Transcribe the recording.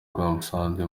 twamusanze